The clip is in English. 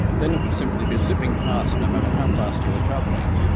then it would simply be zipping past, no matter how fast you were travelling,